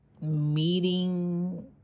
meeting